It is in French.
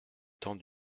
temps